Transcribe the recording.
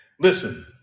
Listen